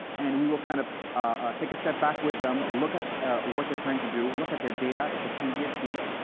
and we will kind of take a step back with them, look at what they're trying to do, look at their data if it can be achieved,